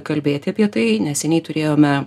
kalbėti apie tai neseniai turėjome